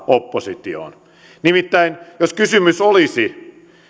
oppositioon nimittäin jos kysymys olisi